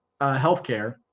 healthcare